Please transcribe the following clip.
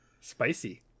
Spicy